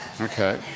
Okay